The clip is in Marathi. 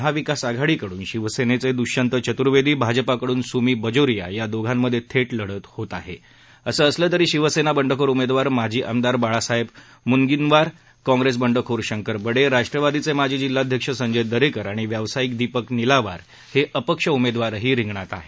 महाविकास आघाडीकडून शिवसेनेचे द्ष्यंत चत्र्वेदी भाजपाकडून स्मि बाजोरिया या दोघांमधे थे लढत होत आहे असं असलं तरी शिवसेना बंडखोर उमेदवार माजी आमदार बाळासाहेब म्नगीनवार काँग्रेस बंडखोर शंकर बडे राष्ट्रवादीचे माजी जिल्हाध्यक्ष संजय देरकर आणि व्यावसायिक दीपक निलावार हे अपक्ष उमेदवारही रिंगणात आहेत